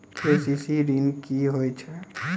KCC ॠन की होय छै?